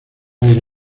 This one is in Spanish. aire